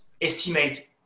estimate